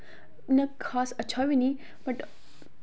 इन्ना खास अच्छा बी निं बट